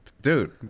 dude